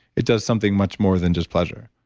it does something much more than just pleasure.